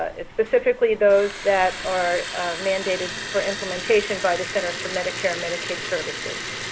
ah specifically those that are mandated for implementation by the centers for medicare and medicaid services.